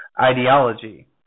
ideology